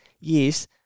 Yes